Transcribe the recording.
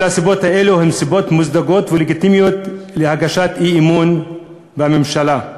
כל הסיבות האלה הן סיבות מוצדקות ולגיטימיות להגשת אי-אמון בממשלה.